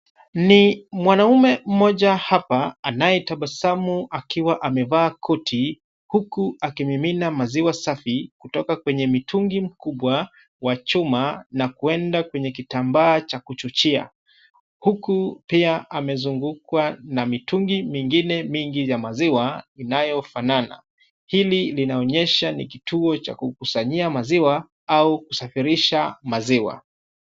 Ni mwanaume mmoja hapa, anayetabasamu akiwa amevaa koti, huku akimimina maziwa safi, kutoka kwenye mitungi mkubwa wa chuma kwenda kwenye kitambaa cha kuchuchia huku pia amezungukwa na mitungi mingine mingi ya maziwa inayofanana. Hili linaonyesha ni kituo cha kukusanya maziwa au kusafirisha maziwa.